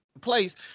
place